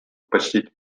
почтить